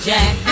Jack